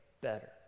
better